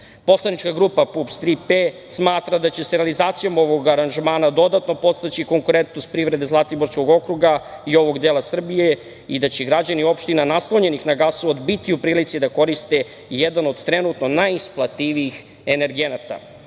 grupa PUPS – „Tri P“ smatra da će se realizacijom ovog aranžmana dodatno podstaći konkurentnost privrede Zlatiborskog okruga i ovog dela Srbije i da će građani opština naslonjenih na gasovod biti u prilici da koriste jedan od trenutno najisplativijih